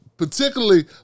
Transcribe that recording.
particularly